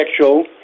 sexual